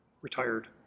retired